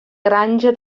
granja